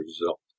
result